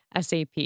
SAP